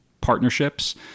partnerships